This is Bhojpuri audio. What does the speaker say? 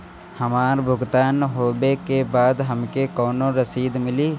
हमार भुगतान होबे के बाद हमके कौनो रसीद मिली?